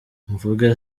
mvuge